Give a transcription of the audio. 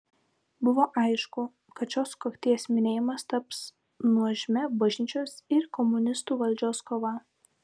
buvo aišku kad šios sukakties minėjimas taps nuožmia bažnyčios ir komunistų valdžios kova